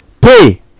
pay